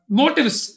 motives